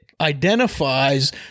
identifies